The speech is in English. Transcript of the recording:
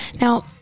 Now